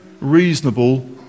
reasonable